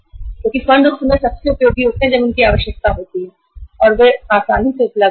क्योंकि फंड उस समय सबसे उपयोगी होते हैं जब उनकी आवश्यकता होती है और वे आसानी से उपलब्ध होते हैं